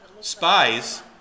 spies